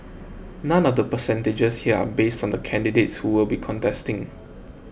none of the percentages here are based on the candidates who will be contesting